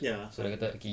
ya correct